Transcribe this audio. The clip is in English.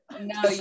no